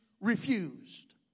refused